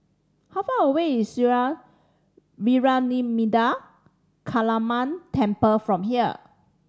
how far away is Sri Vairavimada Kaliamman Temple from here